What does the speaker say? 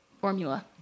formula